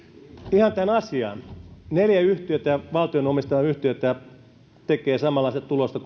ihan tähän asiaan neljä yhtiötä valtion omistamaa yhtiötä tekee samanlaista tulosta